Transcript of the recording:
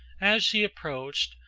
as she approached,